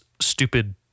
stupid